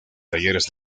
talleres